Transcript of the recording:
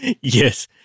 Yes